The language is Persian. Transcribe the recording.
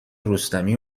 رستمی